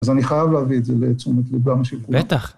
אז אני חייב להביא את זה לתשומת ליבם של... בטח.